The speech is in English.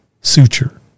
suture